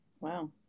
Wow